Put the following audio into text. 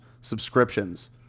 subscriptions